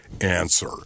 answer